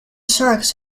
sharks